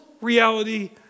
reality